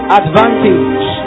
advantage